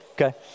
okay